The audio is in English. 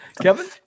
Kevin